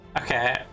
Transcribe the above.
Okay